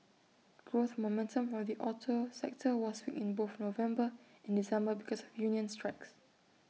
growth momentum from the auto sector was weak in both November and December because of union strikes